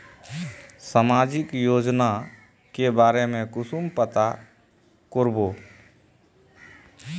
सामाजिक योजना के बारे में कुंसम पता करबे?